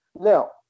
Now